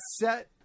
set